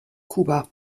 kuba